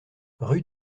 rue